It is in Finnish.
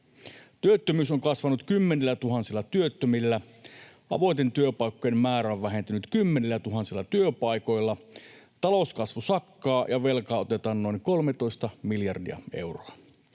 Työttömyys on kasvanut kymmenillätuhansilla työttömillä, avointen työpaikkojen määrä on vähentynyt kymmenillätuhansilla työpaikoilla, talouskasvu sakkaa, velkaa otetaan noin 13 miljardia euroa,